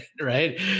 right